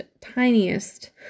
tiniest